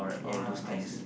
ya I see